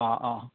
অঁ অঁ